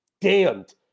damned